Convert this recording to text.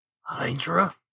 Hydra